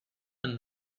and